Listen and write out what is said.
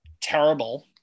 terrible